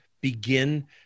begin